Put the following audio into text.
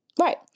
Right